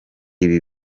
ibi